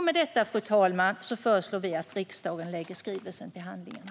Med detta, fru talman, föreslår vi att riksdagen lägger skrivelsen till handlingarna.